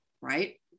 right